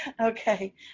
Okay